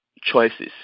choices